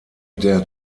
der